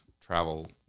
travel